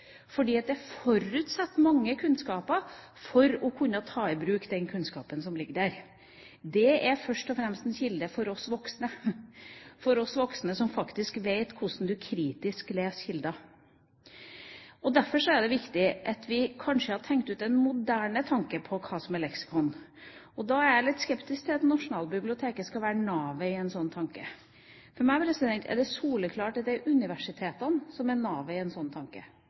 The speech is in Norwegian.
mange kunnskaper for å kunne ta i bruk den kunnskapen som ligger der. Det er først og fremst en kilde for oss voksne, som faktisk vet hvordan man kritisk leser kilder. Derfor er det viktig at vi har tenkt en moderne tanke om hva som er leksikon. Da er jeg litt skeptisk til at Nasjonalbiblioteket skal være navet i en slik tanke. For meg er det soleklart at det er universitetene som er navet i en slik tanke.